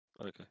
Okay